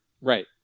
Right